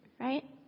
right